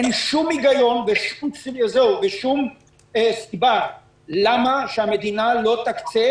אין שום היגיון ושום סיבה מדוע המדינה לא תקצה.